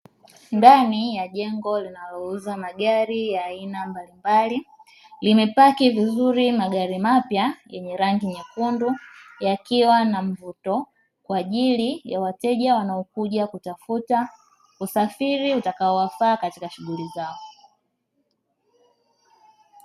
Ndani ya jengo linalouza magari ya aina mbalimbali, limepaki vizuri magari mapya yenye rangi nyekundu yakiwa na mvuto kwa ajili ya wateja wanaokuja kutafuta usafiri utakaowafaa katika shughuli zao.